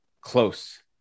close